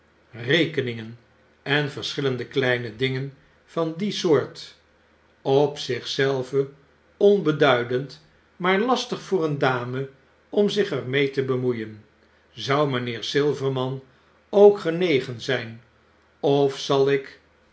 rekeningen en verschillende kleine dingen van die soort op zich zelve onbeduidend maar lastig voor een dame om zich er mee te bemoeien zou mynheer silverman ook genegen zyn of zal ik